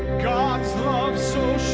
god's love so